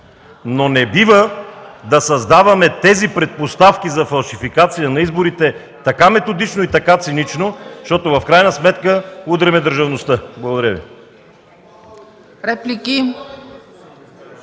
но не бива да създаваме тези предпоставки за фалшификация на изборите така методично и така цинично, щото в крайна сметка удряме държавността. Благодаря Ви.